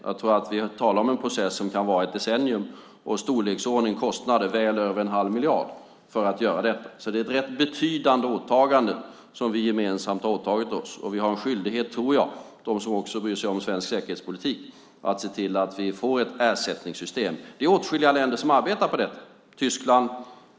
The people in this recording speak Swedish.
Jag tror att vi talar om en process som kan vara ett decennium och om kostnader i storleksordningen väl över 1⁄2 miljard för att göra detta. Det är ett rätt betydande åtagande som vi gemensamt har gjort. Vi som bryr oss om svensk säkerhetspolitik har en skyldighet att se till att vi får ett ersättningssystem. Det är åtskilliga länder som arbetar på detta, till exempel Tyskland.